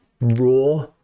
raw